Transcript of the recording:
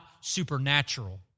supernatural